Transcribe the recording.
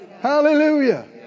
Hallelujah